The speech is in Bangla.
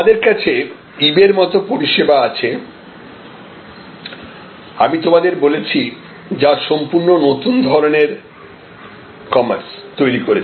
আমাদের কাছে ইবে র মতো পরিষেবা আছে আমি তোমাদের বলেছি যা সম্পূর্ণ নতুন ধরনের কমার্স তৈরি করেছে